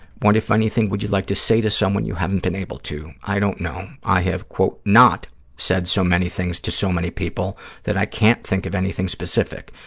what, if anything, would you like to say to someone you haven't been able to? i don't know. i have, quote, not said so many things to so many people that i can't think of anything specific.